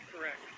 correct